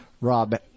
Rob